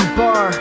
bar